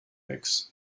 nix